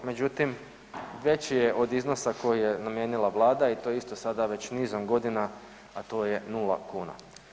Međutim, veći je od iznosa koji je namijenila vlada i to je isto sada već nizom godina, a to je nula kuna.